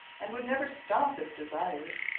and would never stop, if desired.